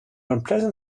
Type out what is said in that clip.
unpleasant